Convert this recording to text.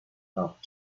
bob